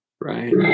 Right